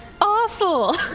awful